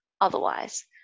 otherwise